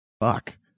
Fuck